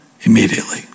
immediately